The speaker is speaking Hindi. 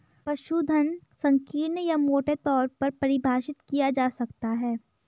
पशुधन संकीर्ण या मोटे तौर पर परिभाषित किया जा सकता है